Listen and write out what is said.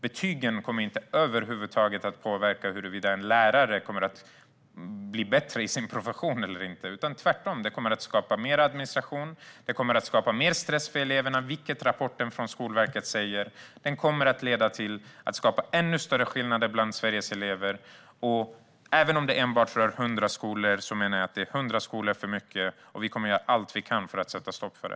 Betygen kommer inte över huvud taget att påverka om en lärare blir bättre i sin profession eller inte. I stället kommer detta att skapa mer administration, mer stress för eleverna - vilket rapporten från Skolverket säger - och ännu större skillnader bland Sveriges elever. Detta rör endast 100 skolor, men jag menar att det är 100 skolor för mycket. Vi kommer att göra allt vi kan för att sätta stopp för det.